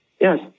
Yes